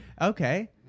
Okay